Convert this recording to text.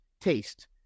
taste